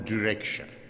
Direction